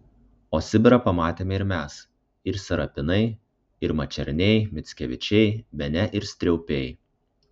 o sibirą pamatėme ir mes ir serapinai ir mačerniai mickevičiai bene ir striaupiai